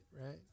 right